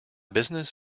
business